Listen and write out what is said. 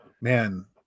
man